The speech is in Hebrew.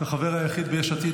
כחבר היחיד ביש עתיד,